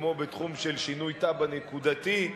כמו בתחום של שינוי תב"ע נקודתי,